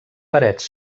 parets